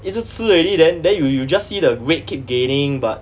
一直吃 already then then you you just see the weight keep gaining but